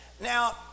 now